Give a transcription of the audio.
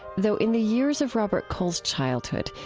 though in the years of robert coles's childhood,